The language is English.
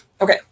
Okay